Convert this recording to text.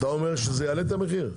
אתה אומר שהשיטה הזאת תעלה את המחיר?